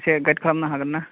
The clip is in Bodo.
एसे गाइड खालामनो हागोन ना